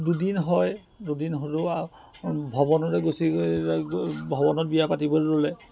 দুদিন হয় দুদিন হ'লও আৰু ভৱনলৈ গুচি গৈ ভৱনত বিয়া পাতিবলৈ ল'লে